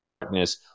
darkness